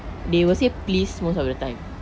they will say please most of the time